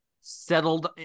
settled